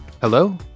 Hello